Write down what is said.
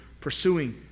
pursuing